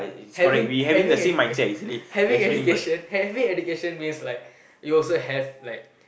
having having ed~ having education having education means like you also have like